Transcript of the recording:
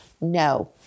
No